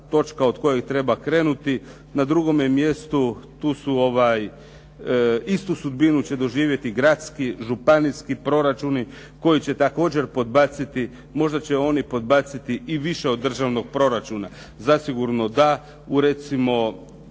Na drugome mjestu tu su, istu sudbinu će doživjeti gradski, županijski proračuni koji će također podbaciti, možda će oni podbaciti i više od državnog proračuna, zasigurno da u recimo